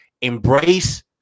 embrace